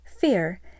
fear